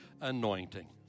anointing